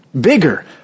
bigger